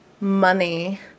Money